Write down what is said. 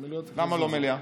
למה לא מליאה?